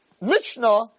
Mishnah